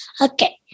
Okay